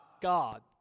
God